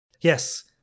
Yes